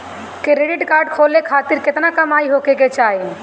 Credit card खोले खातिर केतना कमाई होखे के चाही?